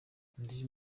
ndi